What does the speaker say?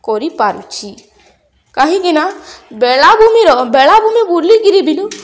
କରିପାରୁଛି କାହିଁକି ନା ବେଳାଭୂମିର ବେଳାଭୂମି ବୁଲିିକିରି